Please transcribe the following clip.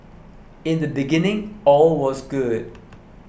in the beginning all was good